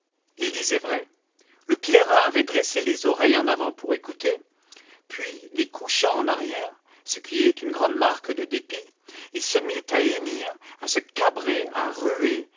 il disait vrai le clairin avait dressé les oreilles en avant pour écouter puis les couchant en arrière ce qui est une grande marque de dépit il se mit à hennir à se cabrer à ruer